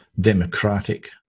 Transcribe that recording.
democratic